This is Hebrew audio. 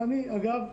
אגב,